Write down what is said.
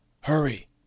Hurry